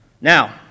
Now